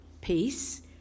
peace